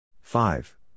Five